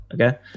okay